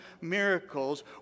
miracles